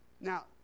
Now